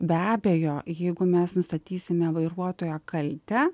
be abejo jeigu mes nustatysime vairuotojo kaltę